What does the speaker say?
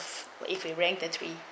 if we ranked the three